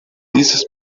dieses